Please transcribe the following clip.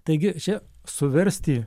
taigi čia suversti